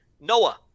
noah